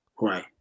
Right